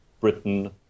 Britain